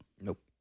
nope